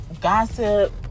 gossip